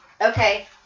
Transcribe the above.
Okay